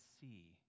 see